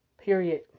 period